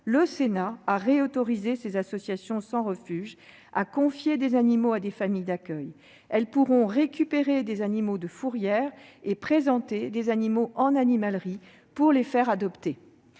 le Sénat a réautorisé ces associations sans refuge à confier des animaux à des familles d'accueil. Elles pourront récupérer des animaux de fourrière et présenter des animaux en animalerie pour les faire adopter.